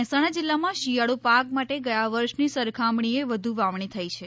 વાવેતર મહેસાણા જિલ્લામાં શિયાળુ પાક માટે ગયા વર્ષની સરખામણીએ વધુ વાવણી થઈ છે